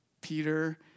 Peter